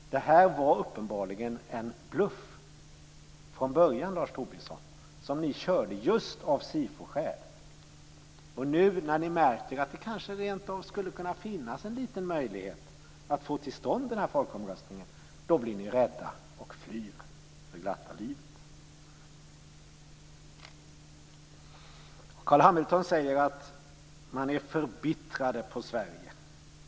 I början var det här uppenbarligen en bluff som ni moderater körde just av SIFO-skäl. Nu, när ni märker att det kanske rent av skulle kunna finnas en liten möjlighet att få till stånd en folkomröstning, blir ni rädda och flyr för glatta livet! Carl Hamilton säger att man är förbittrad på Sverige.